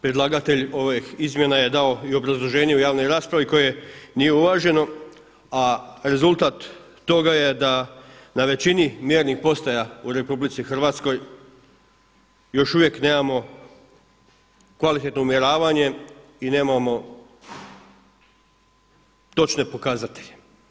Predlagatelj ovih izmjena je dao i obrazloženje u javnoj raspravi koje nije uvaženo, a rezultat toga je da na većini mjernih postaja u RH još uvijek nemamo kvalitetno umjeravanje i nemamo točne pokazatelje.